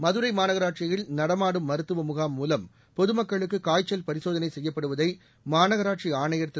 மதுரை மாநகராட்சியில் நடமாடும் மருத்துவ முகாம் மூவம் பொதுமக்களுக்கு காய்ச்சல் பரிசோதனை செய்யப்படுவதை மாநகராட்சி ஆணையர் திரு